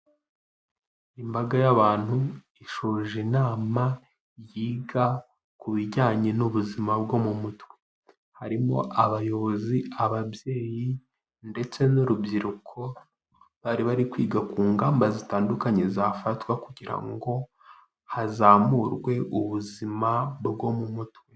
Imbaga y'abantu ishoje inama yiga ku bijyanye n'ubuzima bwo mu mutwe. Harimo abayobozi, ababyeyi ndetse n'urubyiruko, bari bari kwiga ku ngamba zitandukanye zafatwa kugira ngo hazamurwe ubuzima bwo mu mutwe.